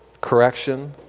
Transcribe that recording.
correction